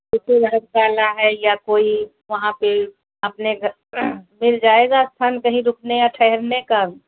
तो सुलभशाला है या कोई वहाँ पर अपने घ् मिल जाएगा स्थान कही रुकने या ठहरने का